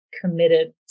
committed